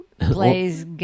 plays